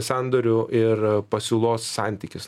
sandorių ir pasiūlos santykis